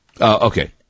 Okay